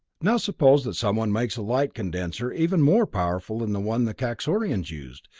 now suppose that someone makes a light condenser even more powerful than the one the kaxorians used,